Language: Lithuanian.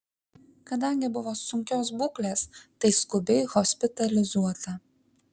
kadangi buvo sunkios būklės tai skubiai hospitalizuota